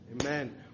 Amen